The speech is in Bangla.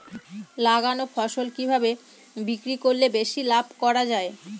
লাগানো ফসল কিভাবে বিক্রি করলে বেশি লাভ করা যায়?